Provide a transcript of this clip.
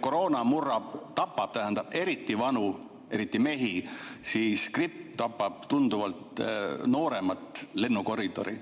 koroona murrab ja tapab eriti vanu ja eriti mehi, siis gripp tapab tunduvalt nooremat lennukoridori.